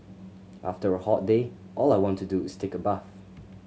after a hot day all I want to do is take a bath